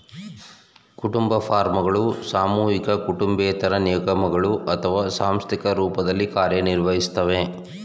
ಕುಟುಂಬ ಫಾರ್ಮ್ಗಳು ಸಾಮೂಹಿಕ ಕುಟುಂಬೇತರ ನಿಗಮಗಳು ಅಥವಾ ಸಾಂಸ್ಥಿಕ ರೂಪದಲ್ಲಿ ಕಾರ್ಯನಿರ್ವಹಿಸ್ತವೆ